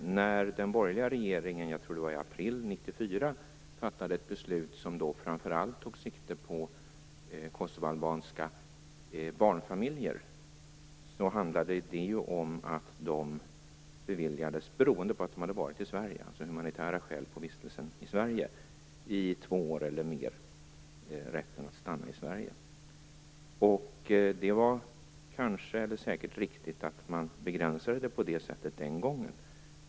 Den borgerliga regeringen - jag tror att det var i april 1994 - fattade ett beslut som framför allt tog sikte på kosovoalbanska barnfamiljer. Det handlade om att de av humanitära skäl, beroende på att de hade varit i Sverige i två år eller mer, gavs rätten att stanna i Sverige. Det var säkert riktigt att man begränsade det på det sättet den gången.